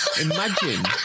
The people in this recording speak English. imagine